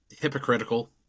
hypocritical